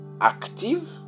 active